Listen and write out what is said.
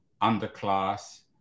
underclass